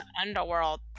Underworld